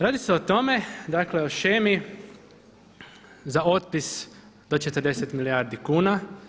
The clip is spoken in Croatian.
Radi se o tome, dakle o shemi za otpis do 40 milijardi kuna.